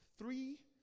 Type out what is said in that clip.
three